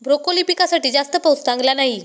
broccoli पिकासाठी जास्त पाऊस चांगला नाही